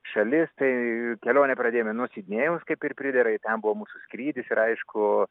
šalis tai kelionę pradėjome nuo sidnėjaus kaip ir pridera į ten buvo mūsų skrydis ir aišku